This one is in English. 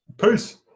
Peace